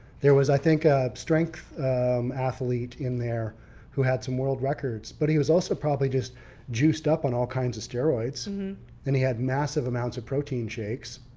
there was i think ah strength athlete in there who had some world records. but he was also probably just juiced up on all kinds of steroids and he had massive amounts of protein shakes.